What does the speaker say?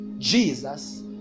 Jesus